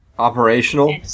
operational